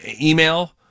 email